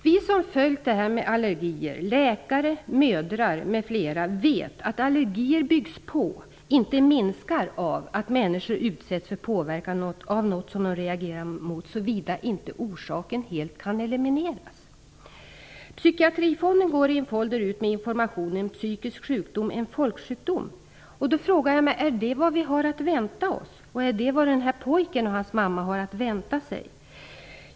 Vi som följt frågan om allergier, t.ex. läkare och mödrar, vet att allergier byggs på - inte minskar - av att människor utsätts för påverkan av något som de reagerar mot, såvida orsaken inte helt kan elimineras. Psykiatrifonden går i en folder ut med informationen att psykisk sjukdom är en folksjukdom. Är det vad vi har att vänta oss? Är det vad pojken och hans mamma har att vänta sig?